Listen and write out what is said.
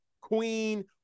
Queen